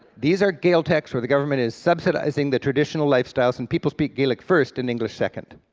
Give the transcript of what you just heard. these are gaeltachts, where the government is subsidizing the traditional lifestyles, and people speak gaelic first and english second.